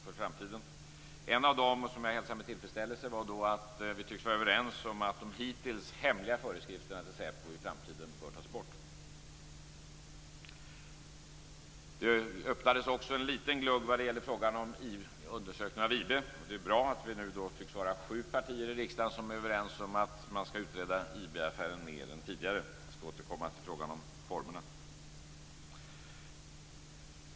Jag hälsar t.ex. med tillfredsställelse att vi tycks vara överens om att de hittills hemliga föreskrifterna för SÄPO i framtiden bör tas bort. Det öppnades också en liten glugg vad det gäller frågan om undersökning av IB. Det är bra att vi nu tycks vara sju partier i riksdagen som är överens om att man skall utreda IB-affären mer än tidigare. Jag skall återkomma till frågan om formerna.